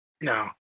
No